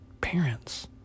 parents